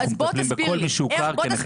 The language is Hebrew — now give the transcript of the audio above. אנחנו מטפלים בכל מי שהוכר כנכה